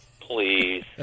Please